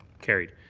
carried.